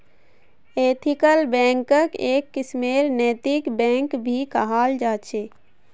ethical बैंकक् एक किस्मेर नैतिक बैंक भी कहाल जा छे